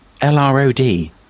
L-R-O-D